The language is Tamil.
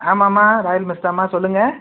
ஆமாம்மா ராயல் மெஸ் தாம்மா சொல்லுங்கள்